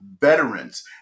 veterans